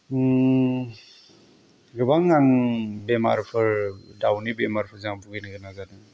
गोबां आं बेमारफोर दावनि बेमारफोर जा भुगिनो गोनां जादों